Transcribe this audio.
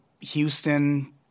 houston